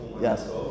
Yes